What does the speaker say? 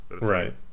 Right